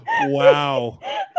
Wow